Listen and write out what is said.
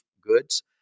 goods